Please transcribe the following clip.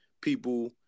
people